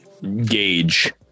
gauge